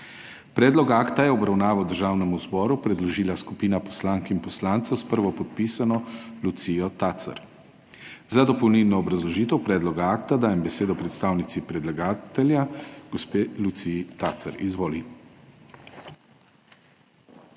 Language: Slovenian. Predlog akta je v obravnavo Državnemu zboru predložila skupina poslank in poslancev s prvopodpisano Lucijo Tacer. Za dopolnilno obrazložitev predloga akta dajem besedo predstavnici predlagatelja, gospe Luciji Tacer. Izvoli.